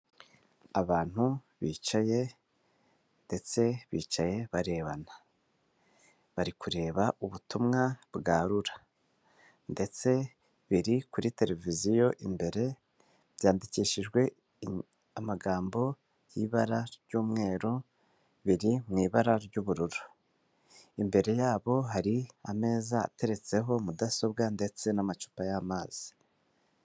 Abantu bicaye ndetse bicaye barebana, bari kureba ubutumwa bwa RURA ndetse biri kuri televiziyo imbere byandikishijwe amagambo y'ibara ry'umweru, biri mu ibara ry'ubururu imbere yabo hari ameza ateretseho mudasobwa ndetse n'amacupa y'amazi.